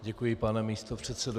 Děkuji, pane místopředsedo.